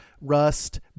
Rust